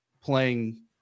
playing